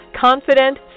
Confident